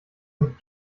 und